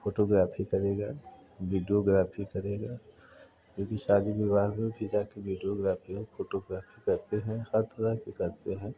photography करेगा videography करेगा वो भी शादी विवाह में भी जा के विडिओग्राफी और फोटोग्राफी करते हैं हर तरह के करते हैं